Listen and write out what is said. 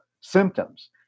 symptoms